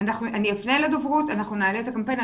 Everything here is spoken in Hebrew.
אני אפנה לדוברות, אנחנו נעלה את הקמפיין.